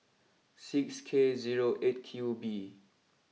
six K zero eight Q B